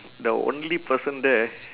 the only person there